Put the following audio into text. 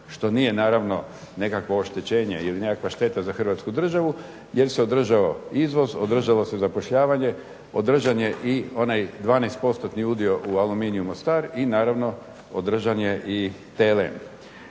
što nije naravno nekakvo oštećenje ili nekakva šteta za Hrvatsku državu jer se održao izvoz, održalo se zapošljavanje, održan je i onaj 12% udio u Aluminiju Mostar i naravno održan je i TLM.